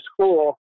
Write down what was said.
school